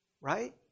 Right